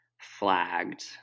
flagged